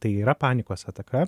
tai yra panikos ataka